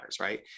right